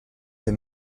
des